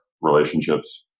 relationships